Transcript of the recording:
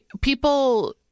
people